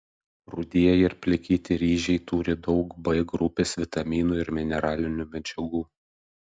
rudieji ir plikyti ryžiai turi daug b grupės vitaminų ir mineralinių medžiagų